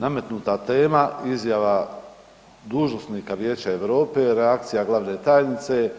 Nametnuta tema, izjava dužnosnika Vijeća Europe, reakcija glavne tajnice,